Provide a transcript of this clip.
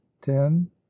ten